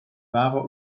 wahrer